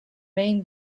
main